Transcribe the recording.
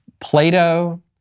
Plato